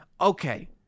okay